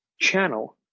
channel